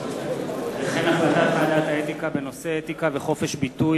החלטת ועדת האתיקה בנושא אתיקה וחופש ביטוי,